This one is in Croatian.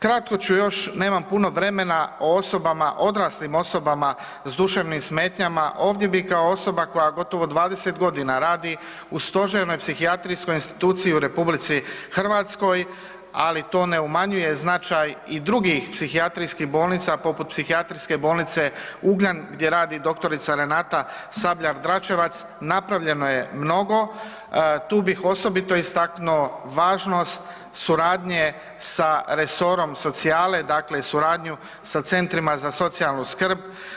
Kratko ću još nemam puno vremena o osobama, odraslim osobama s duševnim smetnjama, ovdje bi kao osoba koje gotovo 20 godina radi u stožernoj psihijatrijskoj instituciji u RH, ali to ne umanjuje značaj i drugih psihijatrijskih bolnica poput Psihijatrijske bolnice Ugljan gdje radi dr. Renata Sabljak Dračevac, napravljeno je mnogu, tu bih osobito istaknuo važnost suradnje sa resorom socijalne, dakle suradnju sa centrima za socijalnu skrb.